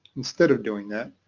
instead of doing that,